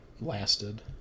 lasted